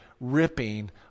ripping